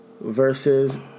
versus